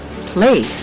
play